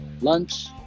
Lunch